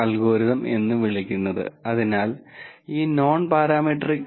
data സയൻസിന്റെ ആമുഖത്തെക്കുറിച്ചുള്ള ആദ്യത്തെ ലെക്ച്ചർ ആണിത്